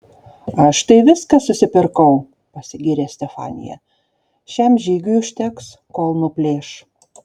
aš tai viską susipirkau pasigyrė stefanija šiam žygiui užteks kol nuplėš